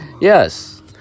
Yes